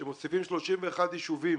שמוסיפים 31 יישובים